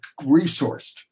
resourced